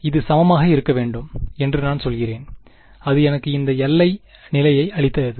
அது சமமாக இருக்க வேண்டும் என்று நான் சொல்கிறேன் அது எனக்கு இந்த எல்லை நிலையை அளித்தது